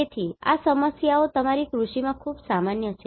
તેથી આ સમસ્યાઓ તમારી કૃષિમાં ખૂબ સામાન્ય છે